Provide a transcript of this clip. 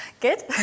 Good